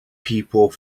people